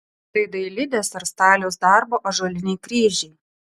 tai dailidės ar staliaus darbo ąžuoliniai kryžiai